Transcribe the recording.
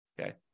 Okay